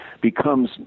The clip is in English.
becomes